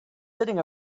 sitting